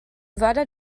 wurde